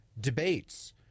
debates